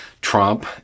Trump